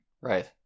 Right